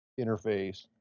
interface